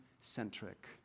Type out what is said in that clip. centric